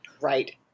Right